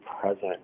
present